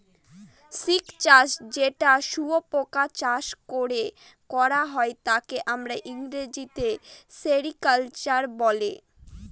silk চাষ যেটা শুয়োপোকা চাষ করে করা হয় তাকে আমরা ইংরেজিতে সেরিকালচার বলে